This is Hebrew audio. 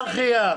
אנרכיה.